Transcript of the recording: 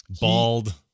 Bald